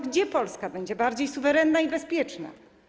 Gdzie Polska będzie bardziej suwerenna i bezpieczna?